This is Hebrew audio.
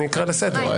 אני אקרא לסדר.